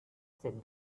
said